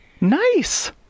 nice